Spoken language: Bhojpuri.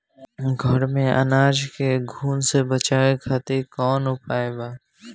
घर में अनाज के घुन से बचावे खातिर कवन उपाय बा?